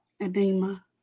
Edema